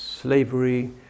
slavery